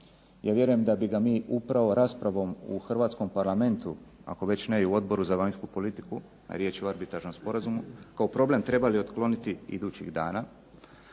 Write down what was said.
Ja vjerujem da bi ga mi upravo raspravom u hrvatskom Parlamentu, ako već ne i u Odboru za vanjsku politiku, a riječ je o arbitražnom sporazumu, kao problem trebali otkloniti idućih dana,